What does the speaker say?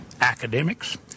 academics